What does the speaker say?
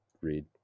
read